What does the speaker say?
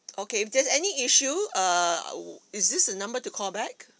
okay if there's any issue err is this the number to call back